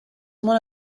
one